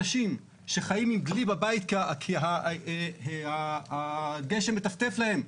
אנשים שחיים עם דלי בבית, כי הגשם מטפטף להם.